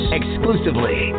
exclusively